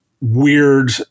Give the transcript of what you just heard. weird